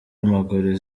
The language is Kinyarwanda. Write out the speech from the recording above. amaguru